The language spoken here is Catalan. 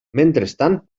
mentrestant